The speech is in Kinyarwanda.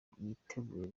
yiteguye